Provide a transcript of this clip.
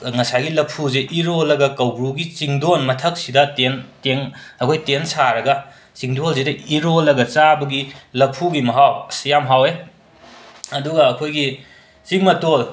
ꯉꯁꯥꯏꯒꯤ ꯂꯐꯨꯁꯦ ꯏꯔꯣꯜꯂꯒ ꯀꯧꯕ꯭ꯔꯨꯒꯤ ꯆꯤꯡꯗꯣꯟ ꯃꯊꯛꯁꯤꯗ ꯇꯦꯟ ꯇꯦꯟ ꯑꯩꯈꯣꯏ ꯇꯦꯟ ꯁꯥꯔꯒ ꯆꯤꯡꯗꯣꯜꯁꯤꯗ ꯏꯔꯣꯜꯂꯒ ꯆꯥꯕꯒꯤ ꯂꯐꯨꯒꯤ ꯃꯍꯥꯎ ꯑꯁ ꯌꯥꯝ ꯌꯥꯎꯋꯦ ꯑꯗꯨꯒ ꯑꯩꯈꯣꯏꯒꯤ ꯆꯤꯡ ꯃꯇꯣꯜ